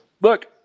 Look